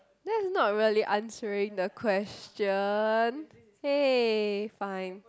that's not really answering the question !hey! fine